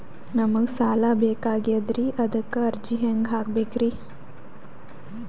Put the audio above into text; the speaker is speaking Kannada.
ನಮಗ ಸಾಲ ಬೇಕಾಗ್ಯದ್ರಿ ಅದಕ್ಕ ಅರ್ಜಿ ಹೆಂಗ ಹಾಕಬೇಕ್ರಿ?